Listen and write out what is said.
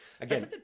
again